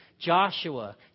Joshua